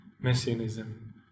Messianism